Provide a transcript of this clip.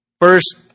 First